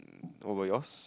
what about yours